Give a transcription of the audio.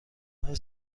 های